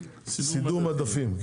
סידור מדפים.